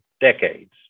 decades